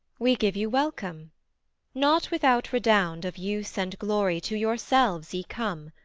we give you welcome not without redound of use and glory to yourselves ye come,